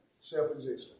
self-existent